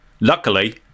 Luckily